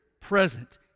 present